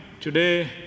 today